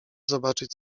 zobaczyć